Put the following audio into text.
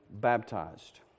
baptized